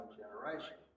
generation